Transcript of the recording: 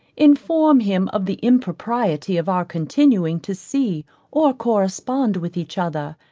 inform him of the impropriety of our continuing to see or correspond with each other,